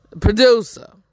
producer